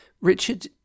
Richard